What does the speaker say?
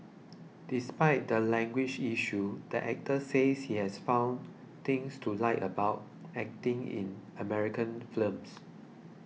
despite the language issue the actor says he has found things to like about acting in American films